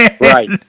right